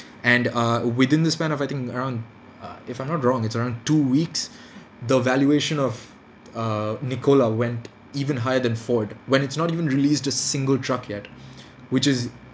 and uh within the span of I think around uh if I'm not wrong it's around two weeks the valuation of err Nikola went even higher than Ford when it's not even released a single truck yet which is